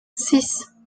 six